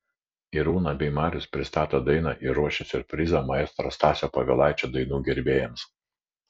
irūna bei marius pristato dainą ir ruošia siurprizą maestro stasio povilaičio dainų gerbėjams